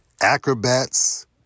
acrobats